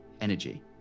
energy